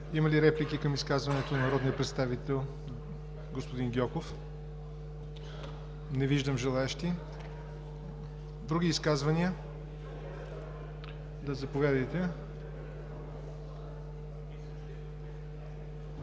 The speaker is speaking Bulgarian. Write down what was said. Има ли реплики към изказването на народния представител господин Гьоков? Не виждам желаещи. Други изказвания? Заповядайте,